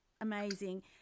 Amazing